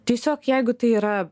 tiesiog jeigu tai yra